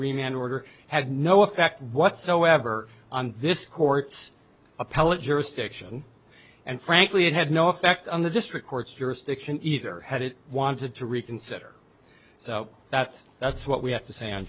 an order had no effect whatsoever on this court's appellate jurisdiction and frankly it had no effect on the district court's jurisdiction either had it wanted to reconsider so that's that's what we have to say on